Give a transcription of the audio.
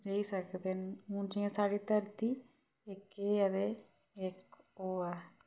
रेही सकदे न हून जियां साढ़ी धरती इक एह् ऐ ते इक ओह् ऐ